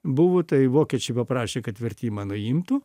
buvo tai vokiečiai paprašė kad vertimą nuimtų